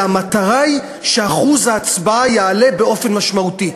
והמטרה היא שאחוז ההצבעה יעלה באופן משמעותי,